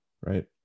right